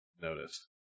noticed